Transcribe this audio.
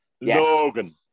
Logan